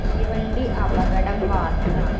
തീവണ്ടി അപകടം വാർത്ത